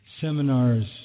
seminars